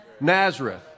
Nazareth